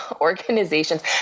organizations